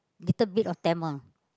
little bit of Tamil